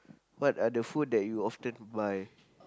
what are the food that you often buy